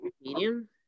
medium